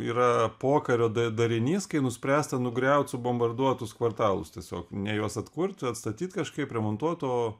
yra pokario darinys kai nuspręsta nugriaut subombarduotus kvartalus tiesiog ne juos atkurt atstatyt kažkaip remontuot o